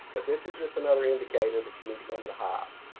but this is just another indicator that you need to go into the hive.